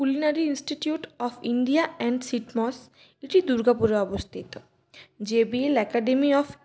culinary institute of India and সিটমস এটি দুর্গাপুরে অবস্থিত জেবিএল অ্যাকাডেমি অব